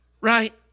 right